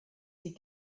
sie